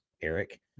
Eric